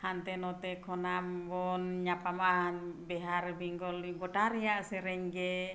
ᱦᱟᱱᱛᱮ ᱱᱚᱛᱮ ᱠᱷᱚᱱᱟᱜ ᱵᱚᱱ ᱧᱟᱯᱟᱢᱟ ᱵᱤᱦᱟᱨ ᱵᱮᱝᱜᱚᱞ ᱜᱚᱴᱟ ᱨᱮᱱᱟᱜ ᱥᱮᱨᱮᱧᱜᱮ